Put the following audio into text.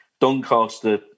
Doncaster